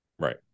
Right